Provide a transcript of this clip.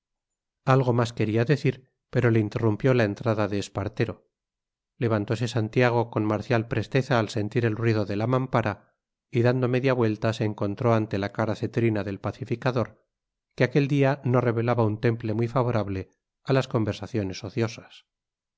algo más quería decir pero le interrumpió la entrada de espartero levantose santiago con marcial presteza al sentir el ruido de la mampara y dando media vuelta se encontró ante la cara cetrina del pacificador que aquel día no revelaba un temple muy favorable a las conversaciones ociosas